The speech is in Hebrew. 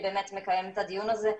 מקיים את הדיון הזה,